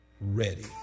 ready